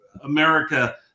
America